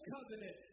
Covenant